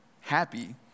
happy